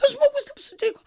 tas žmogus taip sutriko